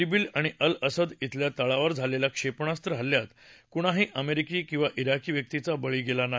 उंबील आणि Al Asad उंबल्या तळावर झालेल्या क्षेपणास्त्र हल्ल्यात कुणाही अमेरिकी किंवा उंबीकी व्यक्तीचा बळी गेला नाही